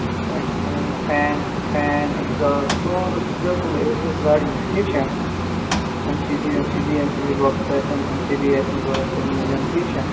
A کیٛاہ چھِ وَنان یَتھ فین فین اٮ۪کزاس سورٕس بِلکُل اے ٹُہ زَڈ مِلہِ ٹھیٖک چھا M C B M C B M C B books آسن اٮ۪م سی بی آسِوٕ ضوٚرَتھ تِم مِلَن ٹھیٖک چھا